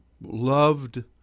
loved